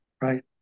Right